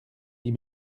dit